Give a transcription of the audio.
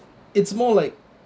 it's more of like